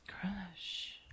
Crush